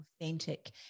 authentic